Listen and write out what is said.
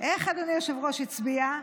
איך אדוני היושב-ראש הצביע?